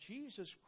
Jesus